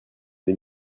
des